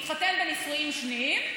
התחתן בנישואים שניים,